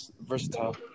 versatile